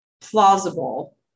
plausible